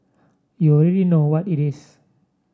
you already know what it is